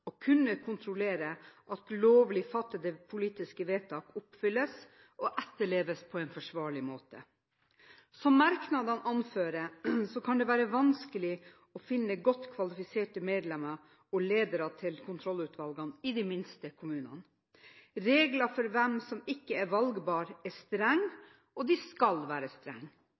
å kunne kontrollere at lovlig fattede politiske vedtak oppfylles og etterleves på en forsvarlig måte. Som merknadene anfører, kan det være vanskelig å finne godt kvalifiserte medlemmer og ledere til kontrollutvalget i de minste kommunene. Reglene for hvem som ikke er valgbare, er strenge, og de skal være